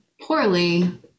poorly